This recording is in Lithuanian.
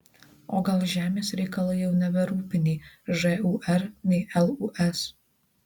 o gal žemės reikalai jau neberūpi nei žūr nei lūs